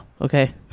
okay